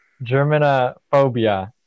Germanophobia